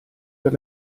per